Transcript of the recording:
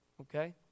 Okay